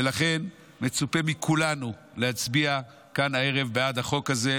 ולכן מצופה מכולנו להצביע כאן הערב בעד החוק הזה,